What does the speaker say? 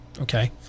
okay